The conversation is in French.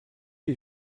les